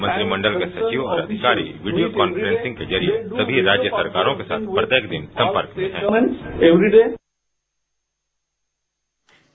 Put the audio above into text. मंत्रिमंडल के सचिव और अधिकारी वीडियों कांफ्रेसिंग के जरिये सभी राज्य सरकारों के साथ प्रत्येक दिन संपर्क में है